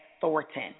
Thornton